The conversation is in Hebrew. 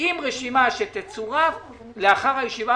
עם רשימת בעלי תפקידים שתצורף לאחר הישיבה